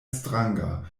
stranga